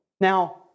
Now